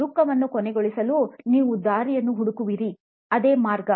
ದುಃಖವನ್ನು ಕೊನೆಗೊಳಿಸಲು ನೀವು ದಾರಿಯನ್ನು ಹುಡುಕಿವಿರಿ ಅದೇ ಮಾರ್ಗ